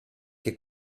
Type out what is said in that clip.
che